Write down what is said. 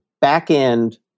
back-end